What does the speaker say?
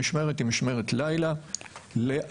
המשמרת היא משמרת לילה לאחיות.